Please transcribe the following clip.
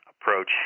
approach